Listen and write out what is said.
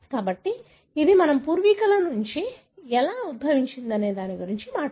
కాబట్టి అది మన పూర్వీకుల నుండి ఎలా ఉద్భవించిందనే దాని గురించి కూడా మాట్లాడుతుంది